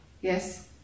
Yes